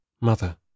Mother